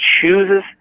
chooses